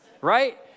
Right